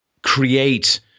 Create